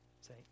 Say